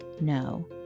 no